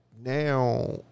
now